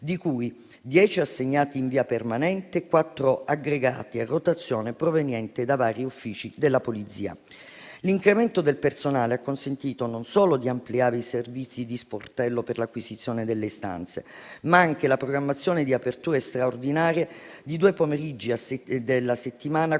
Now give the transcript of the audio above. dei quali assegnati in via permanente e quattro aggregati a rotazione, provenienti da vari uffici della Polizia. L'incremento del personale ha consentito non solo di ampliare i servizi di sportello per l'acquisizione delle istanze, ma anche la programmazione di aperture straordinarie di due pomeriggi della settimana, con